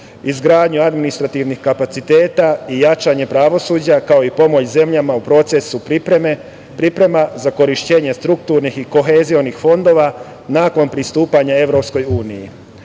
izgradnju administrativnih kapaciteta i jačanje pravosuđa, kao i pomoć zemljama u procesu priprema za korišćenje strukturnih i kohezionih fondova, nakon pristupanja Evropskoj uniji. Pomoć